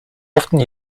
often